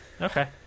Okay